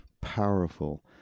powerful